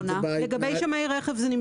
לגבי שמאי רכב, זה נמצא בתקנה.